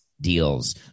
deals